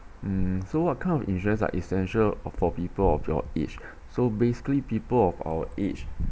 um so what kind of insurance are essential of for people of your age so basically people of our age